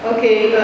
Okay